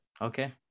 Okay